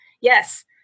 yes